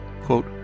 Quote